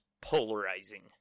polarizing